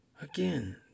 again